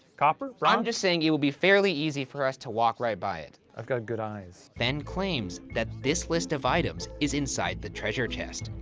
copper, bronze? i'm just saying it would be fairly easy for us to walk right by it. i've got good eyes. fenn claims that this list of items is inside the treasure chest.